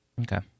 Okay